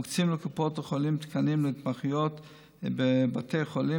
מוקצים לקופות החולים תקנים להתמחויות בבתי חולים,